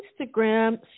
Instagram